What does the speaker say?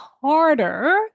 Harder